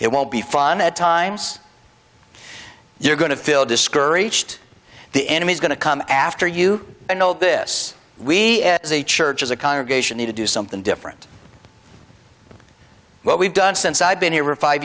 it won't be fun at times you're going to feel discouraged the enemy is going to come after you and all this we as a church as a congregation need to do something different what we've done since i've been here f